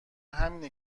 همینه